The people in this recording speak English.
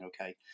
okay